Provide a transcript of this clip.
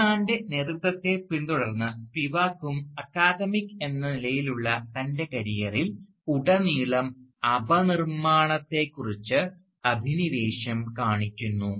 D മാൻറെ നേതൃത്വത്തെ പിന്തുടർന്ന് സ്പിവാക്കും അക്കാദമിക് എന്ന നിലയിലുള്ള തൻറെ കരിയറിൽ ഉടനീളം അപനിർമ്മാണത്തെക്കുറിച്ച് അഭിനിവേശം കാണിക്കുന്നു